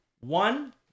One